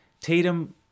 Tatum